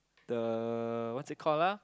the what's it called ah